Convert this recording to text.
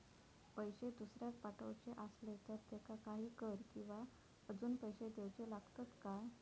पैशे दुसऱ्याक पाठवूचे आसले तर त्याका काही कर किवा अजून पैशे देऊचे लागतत काय?